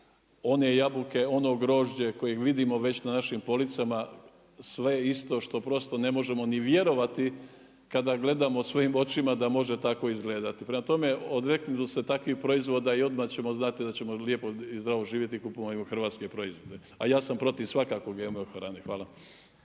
one jabuke, ono grožđe koje vidimo već na našim policama, sve isto što prosto ne možemo ni vjerovati kada gledamo svojim očima da može tako izgledati. Prema tome, odreknimo se takvih proizvoda i odmah ćemo znati da ćemo lijepo i zdravo živjeti, kupujmo hrvatske proizvode, a ja sam protiv svakako GMO hrane. Hvala.